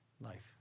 life